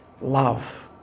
love